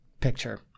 picture